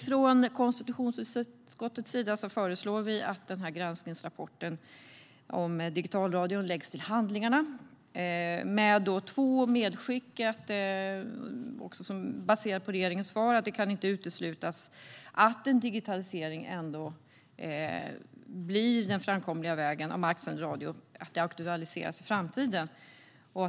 Från konstitutionsutskottets sida föreslår vi att granskningsrapporten om digitalradio läggs till handlingarna med två medskick. Baserat på regeringens svar kan det inte uteslutas att en digitalisering av marksänd radio ändå blir den framkomliga vägen. Det kan aktualiseras i framtiden.